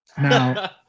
Now